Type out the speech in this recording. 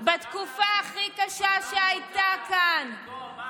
אז מה את רוצה, גם להתחיל, מה, מה?